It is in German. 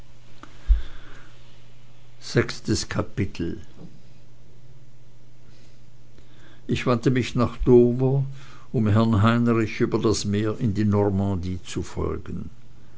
ich wandte mich nach dover um herrn heinrich über das meer in die normandie zu folgen